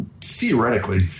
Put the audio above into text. theoretically